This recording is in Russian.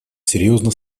серьезно